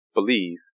believe